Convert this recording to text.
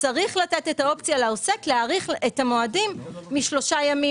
צריך לתת את האופציה לעוסק להאריך את המועדים משלושה ימים,